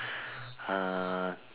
uh